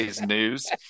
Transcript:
news